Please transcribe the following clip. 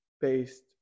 based